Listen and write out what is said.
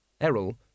Errol